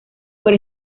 por